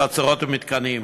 חצרות ומתקנים,